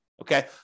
okay